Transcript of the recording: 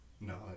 No